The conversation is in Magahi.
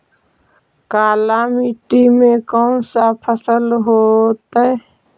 काला मिट्टी में कौन से फसल होतै?